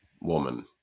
woman